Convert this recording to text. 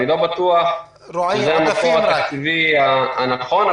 אני לא בטוח שזה המסלול התקציבי הנכון,